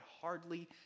hardly